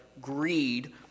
greed